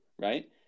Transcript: right